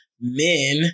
men